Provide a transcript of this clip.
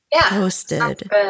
posted